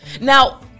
Now